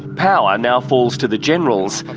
power now falls to the generals, and